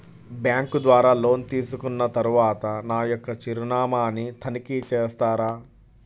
Bank ద్వారా loan తీసుకున్న తరువాత నా యొక్క చిరునామాని తనిఖీ చేస్తారా?